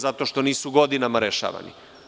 Zato što nisu godinama rešavani.